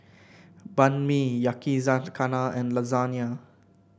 Banh Mi Yakizakana and Lasagne